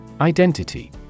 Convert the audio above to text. Identity